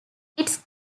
its